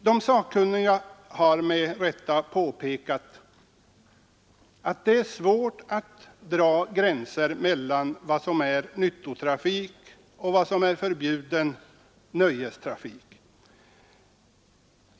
De sakkunniga har med rätta påpekat att det är svårt att dra gränser mellan vad som är nyttotrafik och vad som är förbjuden nöjestrafik.